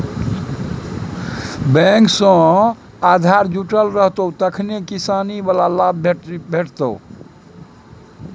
bank सँ आधार जुटल रहितौ तखने किसानी बला लाभ भेटितौ